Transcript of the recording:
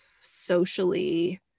socially